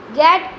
get